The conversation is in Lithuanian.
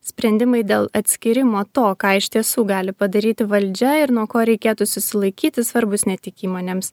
sprendimai dėl atskyrimo to ką iš tiesų gali padaryti valdžia ir nuo ko reikėtų susilaikyti svarbūs ne tik įmonėms